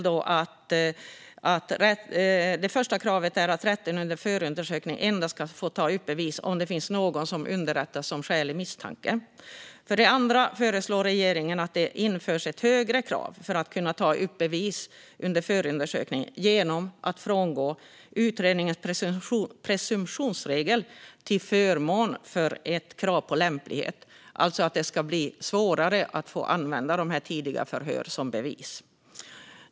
Det första kravet är att rätten under förundersökningen endast ska få ta upp bevis om det finns någon som har underrättats om skälig misstanke. Det andra är att regeringen föreslår att det införs ett högre krav för att kunna ta upp bevis under förundersökningen genom att frångå utredningens presumtionsregel till förmån för ett krav på lämplighet. Det ska med andra ord bli svårare att få använda tidigare förhör som bevis.